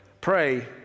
Pray